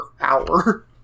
hour